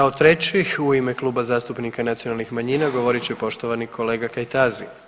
Kao treći u ime Kluba zastupnika nacionalnih manjina govorit će poštovani kolega Kajtazi.